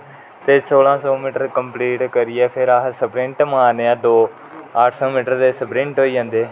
ते सौलहा सौ मिटर कम्पलीट करियै फिर अस सपंलिट मारने हा दौ अस अठ सौ मिटर दे सपलिंट होई जंदे